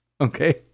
okay